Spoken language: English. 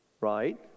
right